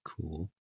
cool